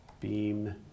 beam